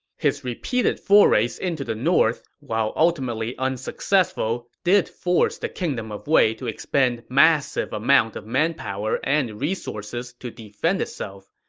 his repeated forays into the north, while ultimately unsuccessful, did force the kingdom of wei to expend massive amount of manpower and resources to defend itself.